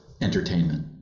entertainment